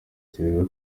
kiriziya